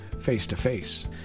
face-to-face